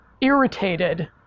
irritated